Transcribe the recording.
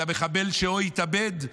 למחבל שהתאבד?